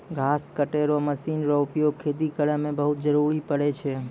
घास कटै रो मशीन रो उपयोग खेती करै मे बहुत जरुरी पड़ै छै